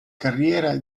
carriera